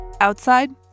outside